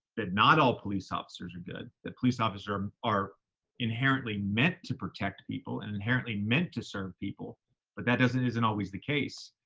that not all police officers are good, that police officers are um are inherently meant to protect people and inherently meant to serve people, but that isn't isn't always the case.